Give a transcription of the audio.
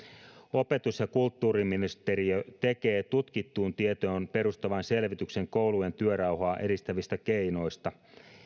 opetus ja kulttuuriministeriö tekee tutkittuun tietoon perustuvan selvityksen koulujen työrauhaa edistävistä keinoista